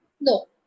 No